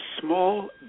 Small